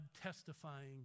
testifying